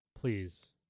please